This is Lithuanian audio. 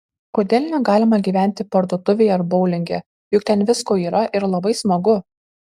kodėl negalima gyventi parduotuvėje ar boulinge juk ten visko yra ir labai smagu